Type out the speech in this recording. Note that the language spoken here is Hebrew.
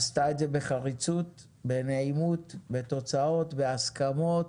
עשתה את זה בחריצות, בנעימות, בתוצאות, בהסכמות.